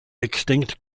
extinct